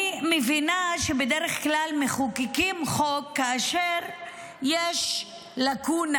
אני מבינה שבדרך כלל מחוקקים חוק כאשר יש לקונה,